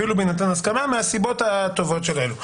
אפילו בהינתן הסכמה, מהסיבות הטובות שלהם.